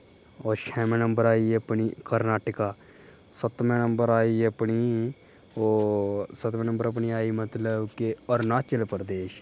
और छेमें नंबर आई अपनी कर्नाटक सतमें नंबर आई अपनी ओह् सतमें नंबर अपनी आई मतलब कि अरुनाचल प्रदेश